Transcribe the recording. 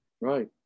Right